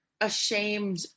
ashamed